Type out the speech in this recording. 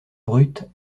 brute